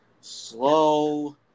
slow